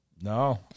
No